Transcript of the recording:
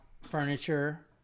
furniture